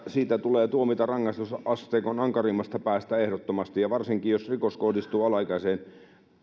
siitä tulee tuomita rangaistusasteikon ankarimmasta päästä ehdottomasti ja varsinkin jos rikos kohdistuu alaikäiseen eli